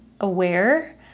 aware